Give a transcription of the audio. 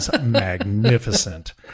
magnificent